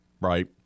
right